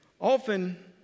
Often